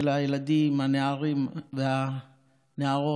של הילדים, הנערים והנערות